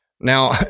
Now